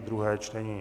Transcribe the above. druhé čtení